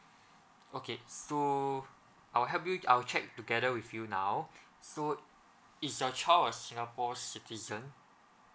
okay so I will help you I'll check together with you now so is your child a singapore citizen